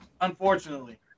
Unfortunately